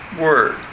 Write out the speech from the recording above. Word